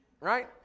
Right